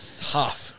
Tough